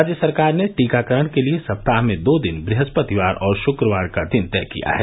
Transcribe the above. राज्य सरकार ने टीकाकरण के लिये सप्ताह में दो दिन बृहस्पतिवार और शुक्रवार का दिन तय किया है